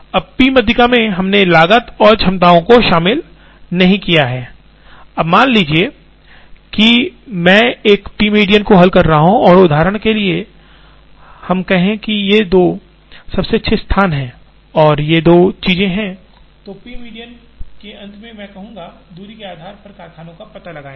अब पी माध्यिका में हमने लागत और क्षमताओं को शामिल नहीं किया है अब मान लीजिए कि मैं एक p मीडियन को हल कर रहा हूं और उदाहरण के लिए हम कहें कि ये दो सबसे अच्छे स्थान हैं और ये दोनों चीजें हैं तो p मीडियन के अंत में मैं कहूंगा दूरी के आधार पर कारखानों का पता लगाएं